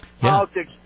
politics